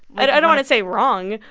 i don't want to say wrong,